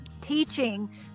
teaching